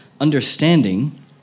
understanding